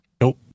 Nope